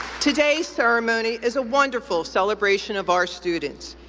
today's ceremony is a wonderful celebration of our students.